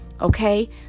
okay